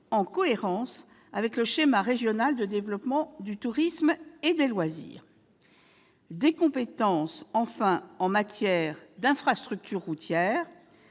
en cohérence avec le schéma régional de développement du tourisme et des loisirs. Il s'agira, enfin, de compétences en matière d'infrastructures routières